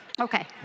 Okay